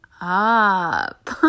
up